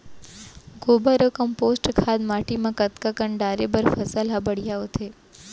गोबर अऊ कम्पोस्ट खाद माटी म कतका कन डाले बर फसल ह बढ़िया होथे?